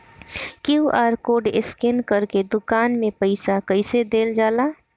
QR code scan करके दुकान में पईसा कइसे देल जाला?